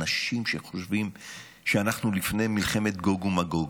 אנשים שחושבים שאנחנו לפני מלחמת גוג ומגוג.